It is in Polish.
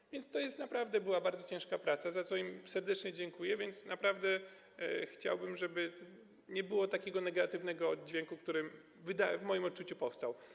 Tak więc to naprawdę była bardzo ciężka praca, za którą im serdecznie dziękuję, i naprawdę chciałbym, żeby nie było takiego negatywnego oddźwięku, który w moim odczuciu powstał.